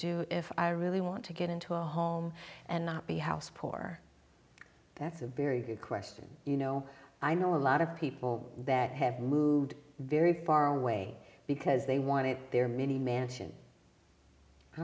do if i really want to get into a home and not be house poor that's a very good question you know i know a lot of people that have moved very far away because they wanted their mini mansion i